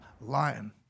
lion